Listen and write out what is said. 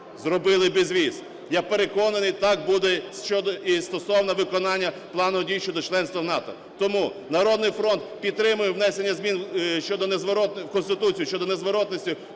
зробили безвіз. Я переконаний, так буде щодо і стосовно виконання плану дій щодо членства в НАТО. Тому "Народний фронт" підтримує внесення змін щодо… в Конституцію щодо незворотності